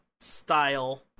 style